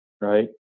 right